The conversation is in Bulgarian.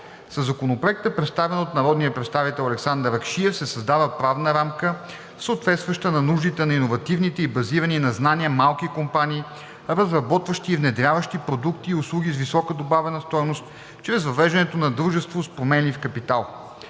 Със Законопроекта, представен от народния представител Александър Ракшиев, се създава правна рамка, съответстваща на нуждите на иновативните и базирани на знания малки компании, разработващи и внедряващи продукти и услуги с висока добавена стойност, чрез въвеждането на дружество с променлив капитал.